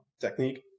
technique